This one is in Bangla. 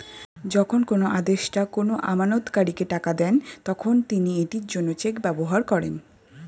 যখন কোনো আদেষ্টা কোনো আমানতকারীকে টাকা দেন, তখন তিনি এটির জন্য চেক ব্যবহার করেন